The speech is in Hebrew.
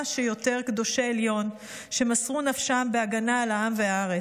שיותר קדושי עליון שמסרו נפשם בהגנה על העם והארץ.